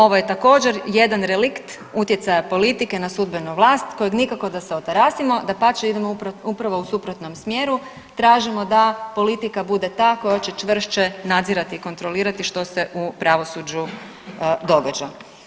Ovo je također jedan relikt utjecaja politike na sudbenu vlast kojeg nikako da se otarasimo dapače idemo upravo u suprotnom smjeru, tražimo da politika bude ta koje će čvršće nadzirati i kontrolirati što se u pravosuđu događa.